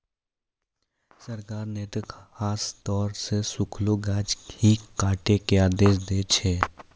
सरकार नॅ त खासतौर सॅ सूखलो गाछ ही काटै के आदेश दै छै